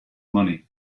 money